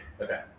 Okay